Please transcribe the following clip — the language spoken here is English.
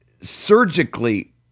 surgically